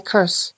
Curse